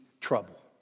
trouble